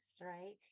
right